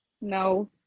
No